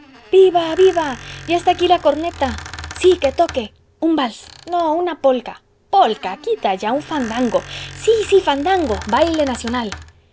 viva viva ya está aquí la corneta sí que toque un vals no una polca polca quita allá un fandango sí sí fandango baile nacional